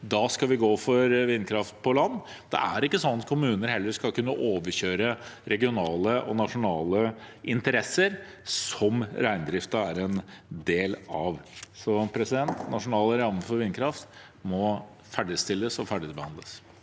da skal gå for vindkraft på land. Det er heller ikke sånn at kommunene skal kunne overkjøre regionale og nasjonale interesser, som reindriften er en del av. Nasjonale rammer for vindkraft må ferdigstilles og ferdigbehandles.